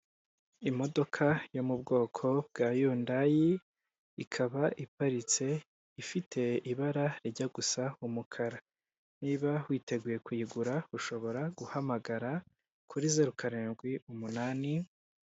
Imodoka yo mu bwoko bwa Yundayi ikaba iparitse ifite ibara rijya gusa umukara, niba witeguye kuyigura ushobora guhamagara kuri zeru karindwi umunani.